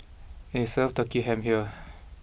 and they serve Turkey Ham here